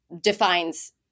defines